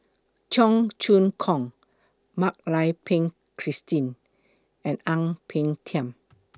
Cheong Choong Kong Mak Lai Peng Christine and Ang Peng Tiam